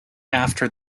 after